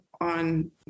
on